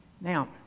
Now